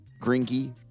Grinky